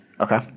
Okay